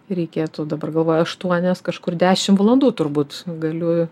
reikėtų dabar galvoju aštuonias kažkur dešim valandų turbūt galiu